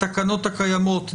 התקנות הקיימות,